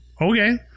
Okay